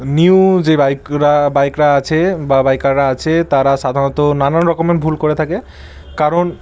new যে বাইকরা বাইকরা আছে বা বাইকাররা আছে তারা সাধারণত নানান রকমের ভুল করে থাকে কারণ